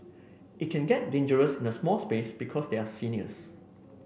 it can get dangerous in a small space because they are seniors